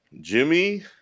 Jimmy